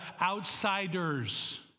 outsiders